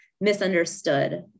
misunderstood